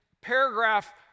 paragraph